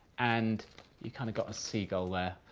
and you've kind of got a seagull there.